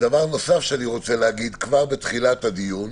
יש דבר נוסף שאני רוצה להגיד כבר בתחילת הדיון.